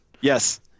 Yes